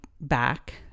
back